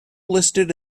listed